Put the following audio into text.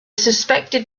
suspected